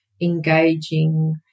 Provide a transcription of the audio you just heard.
engaging